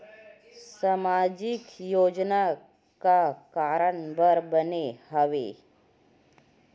सामाजिक योजना का कारण बर बने हवे?